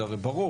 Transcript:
זה הרי ברור,